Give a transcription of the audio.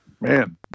man